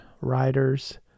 riders